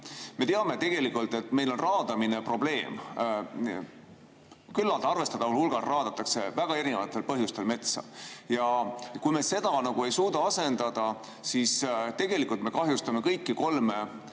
Me teame tegelikult, et meil on raadamine probleem. Küllaltki arvestataval hulgal metsa raadatakse, väga erinevatel põhjustel. Kui me seda ei suuda asendada, siis tegelikult me kahjustame kõiki kolme